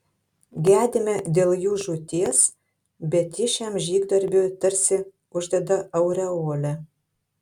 gedime dėl jų žūties bet ji šiam žygdarbiui tarsi uždeda aureolę